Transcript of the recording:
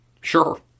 Sure